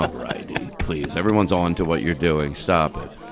but righty, please. everyone's on to what you're doing. stop it.